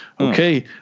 okay